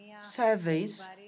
surveys